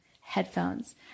headphones